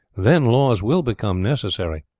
then laws will become necessary.